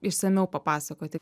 išsamiau papasakoti